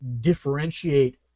differentiate